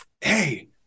Hey